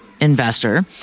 investor